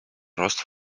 рост